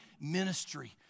ministry